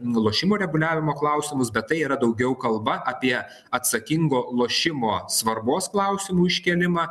lošimo reguliavimo klausimus bet tai yra daugiau kalba apie atsakingo lošimo svarbos klausimų iškėlimą